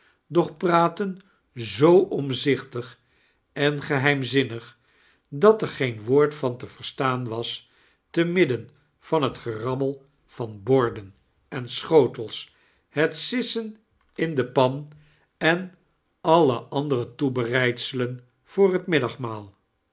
doch praatten zooi omzichtig en geheimzinnig dat er geen woord van te verstaan was te midden van het gerammel van borden en schotels het sissen in de pan en charles dickens all andeire toebereiclselen vioor het